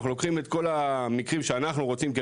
אנחנו לוקחים את כל המקרים שאנחנו רוצים,